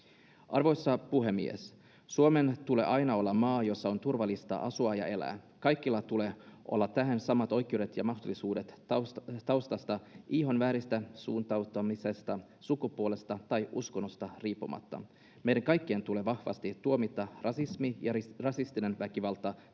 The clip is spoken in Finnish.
Arvoisa puhemies! Suomen tulee aina olla maa, jossa on turvallista asua ja elää. Kaikilla tulee olla tähän samat oikeudet ja mahdollisuudet taustasta, ihonväristä, suuntautumisesta, sukupuolesta tai uskonnosta riippumatta. Meidän kaikkien tulee vahvasti tuomita rasismi ja rasistinen väkivalta